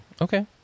Okay